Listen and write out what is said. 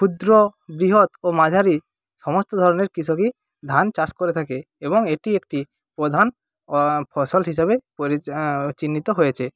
ক্ষুদ্র বৃহৎ ও মাঝারি সমস্ত ধরনের কৃষকই ধান চাষ করে থাকে এবং এটি একটি প্রধান ফসল হিসেবে পরি চিহ্নিত হয়েছে